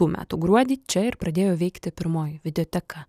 tų metų gruodį čia ir pradėjo veikti pirmoji videoteka